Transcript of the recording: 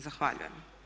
Zahvaljujem.